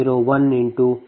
217420